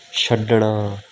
ਛੱਡਣਾ